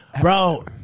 Bro